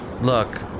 look